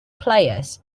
players